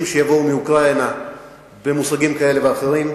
שיבואו מאוקראינה במושגים כאלה ואחרים.